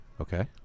Okay